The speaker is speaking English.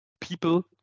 people